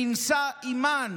במנשא אימם,